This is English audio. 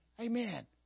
Amen